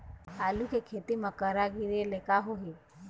आलू के खेती म करा गिरेले का होही?